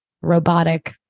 robotic